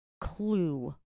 clue